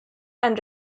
and